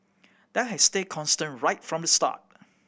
that has stayed constant right from the start